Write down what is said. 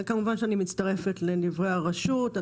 כמובן שאני מצטרפת לדברי נציגת הרשות.